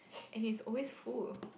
and it's always full